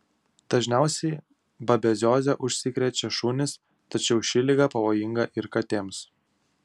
dažniausiai babezioze užsikrečia šunys tačiau ši liga pavojinga ir katėms